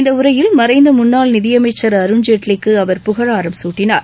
இந்த உரையில் மறைந்த முன்னாள் நிதியமைச்சர் அருண் ஜேட்லிக்கு அவர் புகழாரம் சூட்டினார்